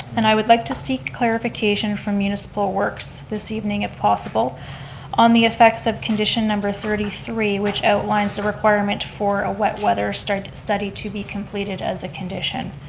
and i would like to seek clarification from municipal works this evening if possible on the effects of condition number thirty three which outlines the requirement for a wet weather study to be completed as a condition.